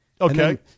Okay